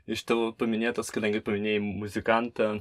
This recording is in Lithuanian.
iš tavo paminėtas kadangi paminėjai muzikantą